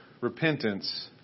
repentance